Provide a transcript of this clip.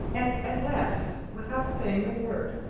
and at last, without saying a word,